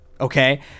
Okay